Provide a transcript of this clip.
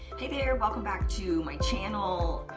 hey there, welcome back to my channel.